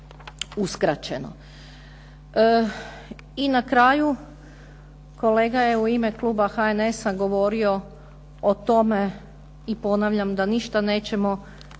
I na kraju, kolega je u ime kluba HNS-a govorio o tome, i ponavljam da ništa nećemo uspješno